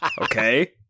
Okay